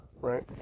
right